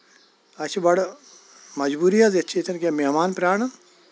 اَسہِ چھِ بَڑٕ مجبوٗری حظ أسۍ چھِ ییٚتٮ۪ن کیٚنٛہہ مہمان پراران